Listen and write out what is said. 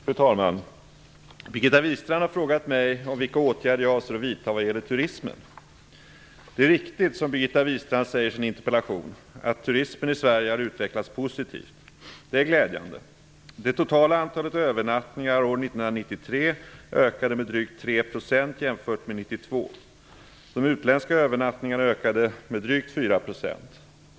Fru talman! Birgitta Wistrand har frågat mig om vilka åtgärder jag avser vidta vad gäller turismen. Det är riktigt som Birgitta Wistrand säger i sin interpellation att turismen i Sverige har utvecklats positivt. Det är glädjande. Det totala antalet övernattningar år 1993 ökade med drygt 3 % jämfört med år 1992.